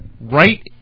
Right